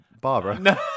Barbara